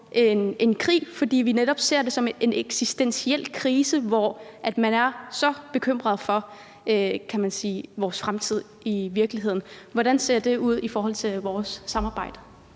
en krig, fordi vi netop ser det som en eksistentiel krise, hvor man i virkeligheden er så bekymret for sin fremtid. Hvordan ser det ud i forhold til vores samarbejde?